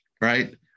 right